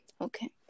Okay